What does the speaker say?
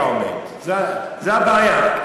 זו הבעיה,